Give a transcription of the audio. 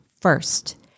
First